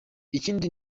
ikindi